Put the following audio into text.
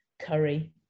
curry